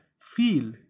feel